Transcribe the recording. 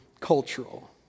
Cultural